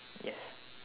yes